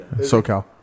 SoCal